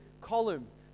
columns